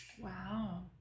Wow